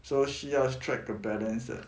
so 需要 strike the balance 的